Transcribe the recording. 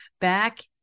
back